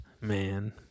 Man